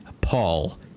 Paul